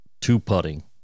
two-putting